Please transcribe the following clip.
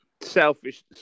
Selfish